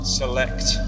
select